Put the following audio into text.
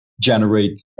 generate